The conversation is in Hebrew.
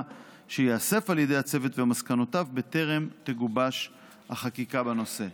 שייאסף על ידי הצוות ואת המסקנות בטרם תגובש חקיקה בנושא.